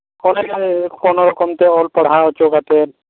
college ᱨᱮ ᱠᱚᱱᱳᱨᱚᱠᱚᱢ ᱛᱮ ᱚᱞ ᱯᱟᱲᱦᱟᱣ ᱦᱚᱪᱚ ᱠᱟᱛᱮᱫ